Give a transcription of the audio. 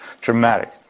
Dramatic